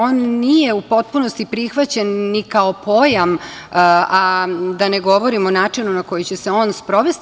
On nije u potpunosti prihvaćen ni kao pojam, a da ne govorim o načinu na koji će se on sprovesti.